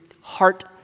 heart